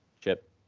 Chip